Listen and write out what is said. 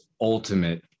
ultimate